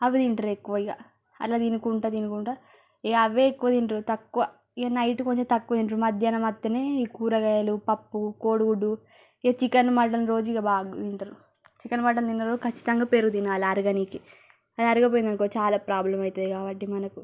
అవి తింటారు ఎక్కువ ఇక అట్లా తినుకుంటూ తినుకుంటూ ఇక అవే ఎక్కువ తింటారు తక్కువ ఇక నైట్ కొంచెం తక్కువ తింటారు మధ్యాహ్నం అత్తనే ఈ కూరగాయలు పప్పు కోడిగుడ్డు ఇక చికెన్ మటన్ రోజు ఇక బాగా తింటారు చికెన్ మటన్ తిన్నరోజు ఖచ్చితంగా పెరుగు తినాలి అరగడానికి అది అరగకపోయిందనుకో చాలా ప్రాబ్లమ్ అవుతుంది కాబట్టి మనకు